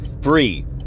Free